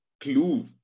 clue